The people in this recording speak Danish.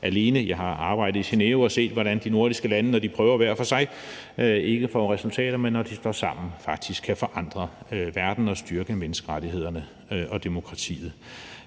alene. Jeg har arbejdet i Genève og set, hvordan de nordiske lande, når de prøver hver for sig, ikke får resultater, men når de står sammen, kan de faktisk forandre verden og styrke menneskerettighederne og demokratiet.